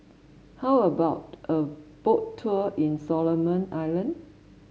how about a Boat Tour in Solomon Island